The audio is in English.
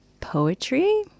poetry